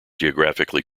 geographically